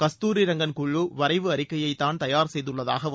கஸ்தூரிரங்கள் குழு வரைவு அறிக்கையைத்தான் தயார் செய்துள்ளதாகவும்